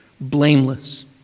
blameless